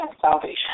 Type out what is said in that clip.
salvation